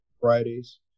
Fridays